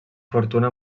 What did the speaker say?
fortuna